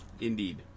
Indeed